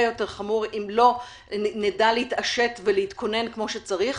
יותר חמור אם לא נדע להתעשת ולהתכונן כמו שצריך,